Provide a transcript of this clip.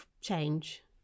change